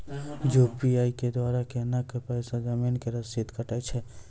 UPI के द्वारा केना कऽ पैसा जमीन के रसीद कटैय छै?